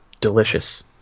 delicious